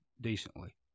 decently